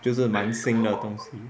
就是蛮新的东西